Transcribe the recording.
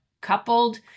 coupled